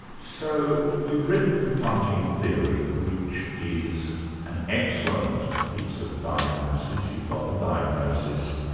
so you've written confronting theory which is an excellent piece of diagnosis. you've got the diagnosis,